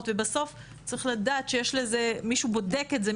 ובסוף צריך לדעת שמישהו בודק את זה,